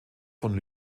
von